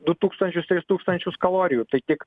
du tūkstančius tris tūkstančius kalorijų tai tik